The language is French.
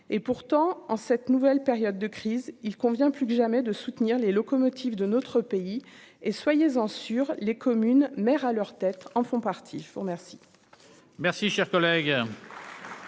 et pourtant, en cette nouvelle période de crise, il convient plus que jamais de soutenir les locomotives de notre pays et soyez-en les communes maire à leur tête en font partie, je vous remercie.